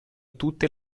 tutte